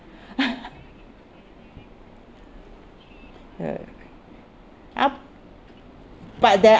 uh up~ but there